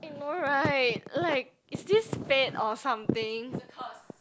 I know right like is this fate or something